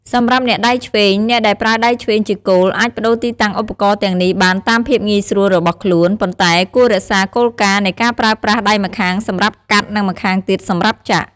សម្រាប់អ្នកដៃឆ្វេង អ្នកដែលប្រើដៃឆ្វេងជាគោល អាចប្តូរទីតាំងឧបករណ៍ទាំងនេះបានតាមភាពងាយស្រួលរបស់ខ្លួន ប៉ុន្តែគួររក្សាគោលការណ៍នៃការប្រើប្រាស់ដៃម្ខាងសម្រាប់កាត់ និងម្ខាងទៀតសម្រាប់ចាក់។